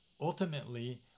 ultimately